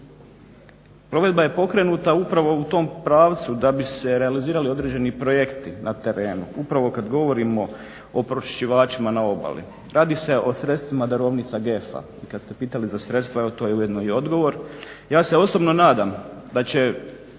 Provedba je pokrenuta upravo u tom pravcu da bi se realizirali određeni projekti na terenu. Upravo kad govorimo o pročiščivaćima na obali. Radi se o sredstvima darovnica GEF-a, kad ste pitali za sredstva, evo to je ujedno i odgovor. Ja s osobno nadam da će,